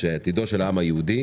שעתידו של העם היהודי